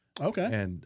Okay